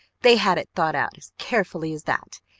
they had it thought out as carefully as that!